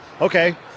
Okay